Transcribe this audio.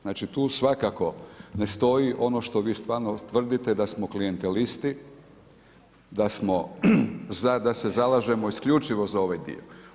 Znači, tu svakako ne stoji ono što vi stvarno tvrdite da smo klijentelisti, da se zalažemo isključivo za ovaj dio.